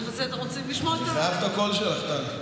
אני חייב את הקול שלך, טלי.